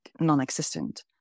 non-existent